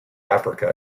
africa